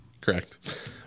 Correct